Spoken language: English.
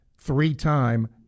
Three-time